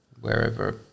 Wherever